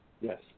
Yes